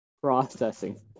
Processing